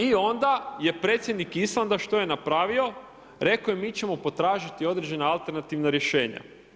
I onda je predsjednik Islanda, što je napravio?, rekao je mi ćemo potražiti određena alternativna rješenja.